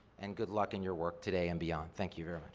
and good luck in your work today and beyond. thank you very